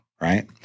right